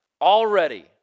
Already